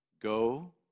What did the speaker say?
go